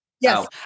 Yes